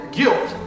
guilt